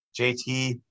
JT